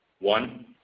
One